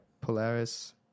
Polaris